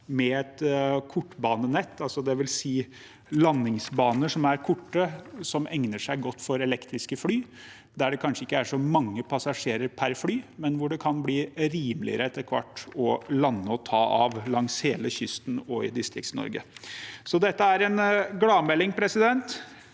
et kortbanenett, dvs. med landingsbaner som er korte, og som egner seg godt for elektriske fly, der det kanskje ikke er så mange passasjerer per fly, men hvor det kan bli rimeligere etter hvert å lande og ta av langs hele kysten og i Distrikts-Norge. Så dette er en gladmelding. Følg med